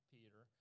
Peter